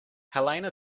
helena